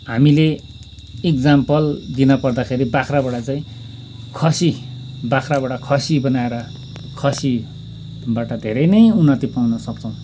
हामीले इक्जाम्पल दिनपर्दाखेरि बाख्राबाट चाहिँ खसी बाख्राबाट खसी बनाएर खसीबाट धेरै नै उन्नति पाउन सक्छौँ